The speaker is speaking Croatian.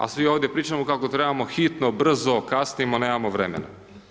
A svi ovdje pričamo kako trebamo hitno, brzo, kasnimo, nemamo vremena.